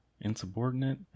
Insubordinate